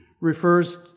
refers